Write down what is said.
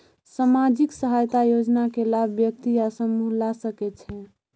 सामाजिक सहायता योजना के लाभ व्यक्ति या समूह ला सकै छै?